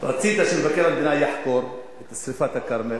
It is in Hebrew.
רצית שמבקר המדינה יחקור את שרפת הכרמל,